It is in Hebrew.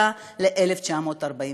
ל-1945.